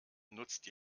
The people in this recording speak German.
nutzt